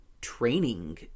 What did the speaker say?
training